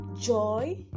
joy